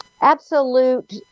absolute